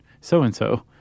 so-and-so